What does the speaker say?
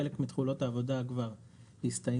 חלק מתחולות העבודה כבר הסתיימו,